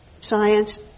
science